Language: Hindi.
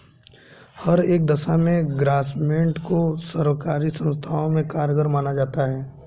हर एक दशा में ग्रास्मेंट को सर्वकारी संस्थाओं में कारगर माना जाता है